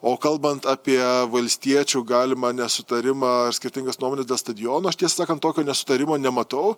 o kalbant apie valstiečių galimą nesutarimą ar skirtingas nuomones dėl stadiono aš tiesą sakant tokio nesutarimo nematau